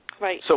Right